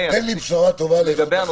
תן לי בשורה טובה לגבי איכות החיים.